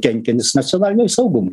kenkiantis nacionaliniam saugumui